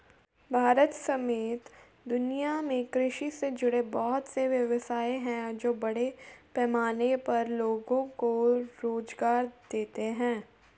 भारत समेत दुनिया में कृषि से जुड़े बहुत से व्यवसाय हैं जो बड़े पैमाने पर लोगो को रोज़गार देते हैं